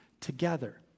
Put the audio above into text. together